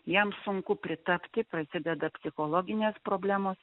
jam sunku pritapti prasideda psichologinės problemos